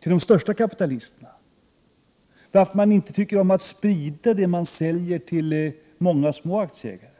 till de största kapitalisterna. Varför tycker man inte om att sprida det som man säljer till många små aktieägare?